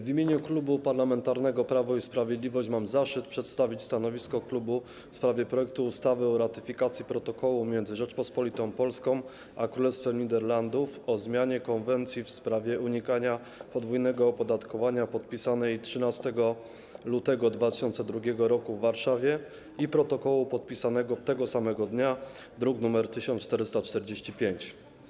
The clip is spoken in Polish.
W imieniu Klubu Parlamentarnego Prawo i Sprawiedliwość mam zaszczyt przedstawić stanowisko klubu w sprawie projektu ustawy o ratyfikacji protokołu między Rzecząpospolitą Polską a Królestwem Niderlandów o zmianie konwencji w sprawie unikania podwójnego opodatkowania, podpisanej 13 lutego 2002 r. w Warszawie, i protokołu, podpisanego tego samego dnia, druk nr 1445.